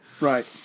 Right